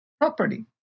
property